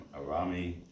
Arami